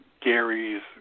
gary's